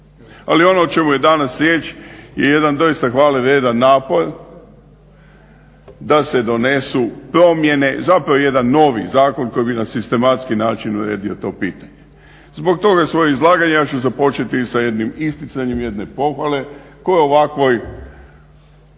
Ali ono o čemu je danas riječ je jedan doista hvalevrijedan napor da se donesu promjene, zapravo jedan novi zakon koji bi na sistematski način uredio to pitanje. Zbog toga svoje izlaganje ja ću započeti sa jednim isticanjem jedne pohvale koja je